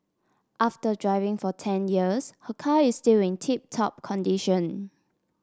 after driving for ten years her car is still in tip top condition